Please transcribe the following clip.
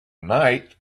night